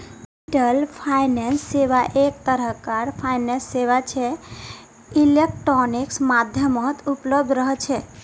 digital finance सेवा एक तरह कार फाइनेंस सेवा छे इलेक्ट्रॉनिक माध्यमत उपलब्ध रह छे